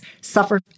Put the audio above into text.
suffer